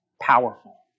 powerful